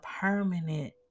permanent